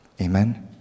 Amen